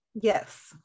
yes